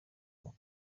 koko